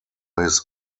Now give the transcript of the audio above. his